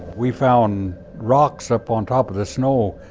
we found rocks up on top of the snow.